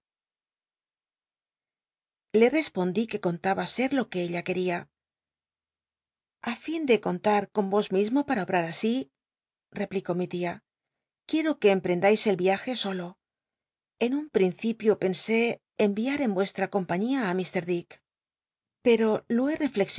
le respondí que contaba ser lo que ella queda a fin de contar con vos mismo para obrar así replicó mi tia quiero que emprendais el viaje solo en un l l'incipio pensé enviar en vuestra compañía á lk dick pero